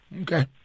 Okay